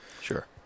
Sure